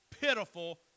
pitiful